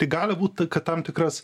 tai gali būti kad tam tikras